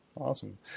Awesome